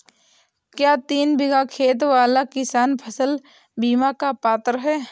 क्या तीन बीघा खेत वाला किसान फसल बीमा का पात्र हैं?